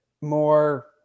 more